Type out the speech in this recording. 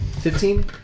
Fifteen